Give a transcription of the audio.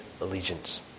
Allegiance